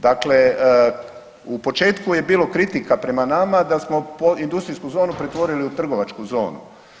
Dakle, u početku je bilo kritika prema nama da smo industrijsku zonu pretvorili u trgovačku zonu.